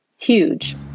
Huge